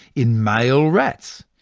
in male rats,